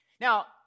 Now